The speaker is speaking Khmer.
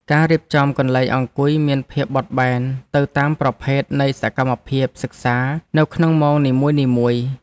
ការរៀបចំកន្លែងអង្គុយមានភាពបត់បែនទៅតាមប្រភេទនៃសកម្មភាពសិក្សានៅក្នុងម៉ោងនីមួយៗ។